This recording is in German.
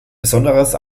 besonderes